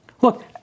Look